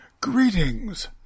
Greetings